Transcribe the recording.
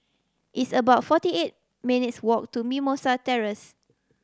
it's about forty eight minutes' walk to Mimosa Terrace